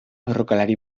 borrokalari